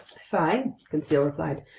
fine, conseil replied,